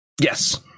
Yes